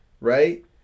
Right